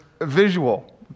visual